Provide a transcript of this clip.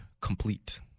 complete